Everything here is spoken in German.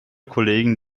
kollegen